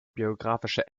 biographische